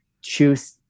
choose